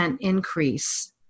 increase